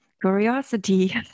curiosity